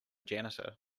janitor